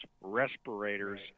respirators